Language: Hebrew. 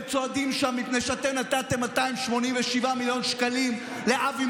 והם צועדים שם מפני שאתם נתתם 287 מיליון שקלים לאבי